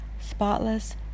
spotless